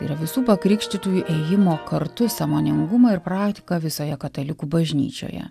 tai yra visų pakrikštytųjų ėjimo kartu sąmoningumą ir praktiką visoje katalikų bažnyčioje